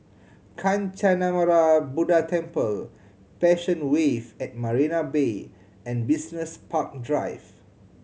Kancanarama Buddha Temple Passion Wave at Marina Bay and Business Park Drive